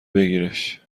بگیرش